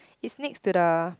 is next to the